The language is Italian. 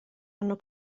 hanno